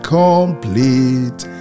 complete